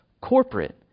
corporate